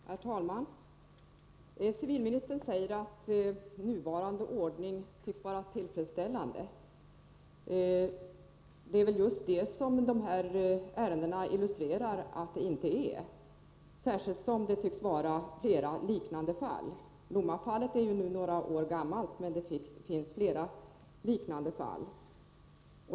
Herr talman! Civilministern säger att nuvarande ordning tycks vara tillfredsställande. Men just dessa ärenden illustrerar att det inte är så, särskilt som det tycks förekomma flera liknande fall. Lommafallet är ju nu några år gammalt, men det finns flera liknande fall.